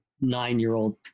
nine-year-old